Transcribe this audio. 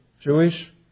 Jewish